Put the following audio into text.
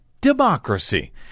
democracy